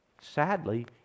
Sadly